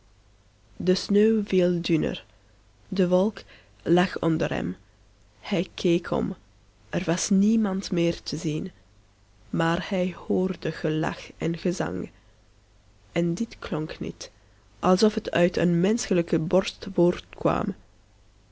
de sneeuw viel dunner de wolk lag onder hem hij keek om er was niemand meer te zien maar hij hoorde gelach en gezang en dit klonk niet alsof het uit een menschelijke borst